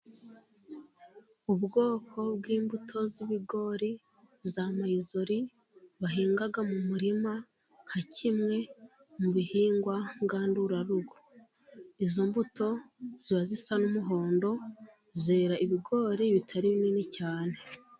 Ubwoko bw'imbuto z'ibigori za mayizori, bahinga mu murima nka kimwe mu bihingwa ngandurarugo. Izo mbuto ziba zisa n'umuhondo, zera ibigori bitari binini cyane.